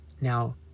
Now